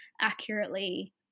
accurately